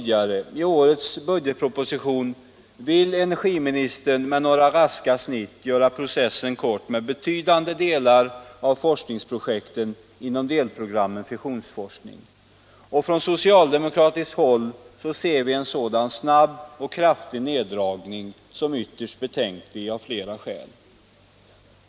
I årets budgetproposition vill nu energiministern med några raska snitt göra processen kort med betydande delar av forskningsprojekten inom delprogrammet fissionsforskning. Från socialdemokratiskt håll ser vi en sådan snabb och kraftig neddragning som ytterst betänklig av flera olika skäl.